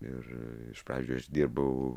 ir iš pradžių aš dirbau